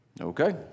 Okay